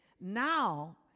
Now